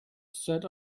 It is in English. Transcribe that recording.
set